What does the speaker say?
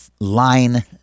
line